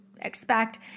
expect